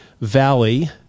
valley